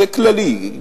זה כללי,